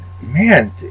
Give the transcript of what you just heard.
man